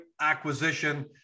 acquisition